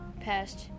passed